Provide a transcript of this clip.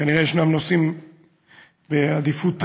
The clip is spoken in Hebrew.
כנראה יש נושאים בעדיפות אחרת.